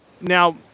now